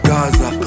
Gaza